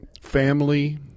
family